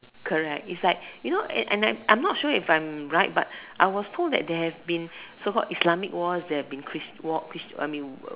correct it's like you know and I'm not sure if I'm right but I was told that there has been so called Islamic Wars there have been war chris~ war chris~ I mean